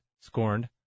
scorned